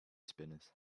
spinners